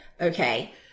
okay